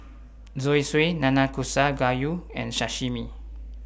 Zosui Nanakusa Gayu and Sashimi